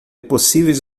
possíveis